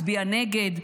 הצביע נגד,